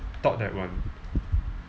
taught that one